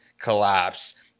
collapse